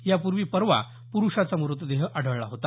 यापूर्वी परवा पुरुषाचा मृतदेह आढळला होता